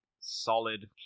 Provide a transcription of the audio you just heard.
solid